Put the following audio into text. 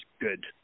good